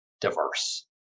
diverse